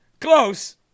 Close